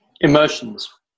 Emotions